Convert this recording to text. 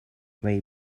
way